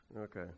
Okay